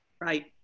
Right